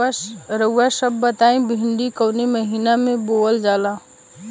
रउआ सभ बताई भिंडी कवने महीना में बोवल जाला?